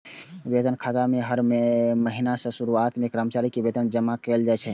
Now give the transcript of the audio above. वेतन खाता मे हर महीनाक शुरुआत मे कर्मचारी के वेतन जमा कैल जाइ छै